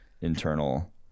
internal